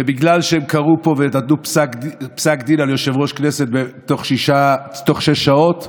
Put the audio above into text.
בגלל שהם קראו פה ונתנו פסק דין על יושב-ראש כנסת בתוך שש שעות,